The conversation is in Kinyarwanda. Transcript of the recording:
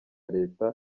leta